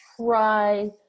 try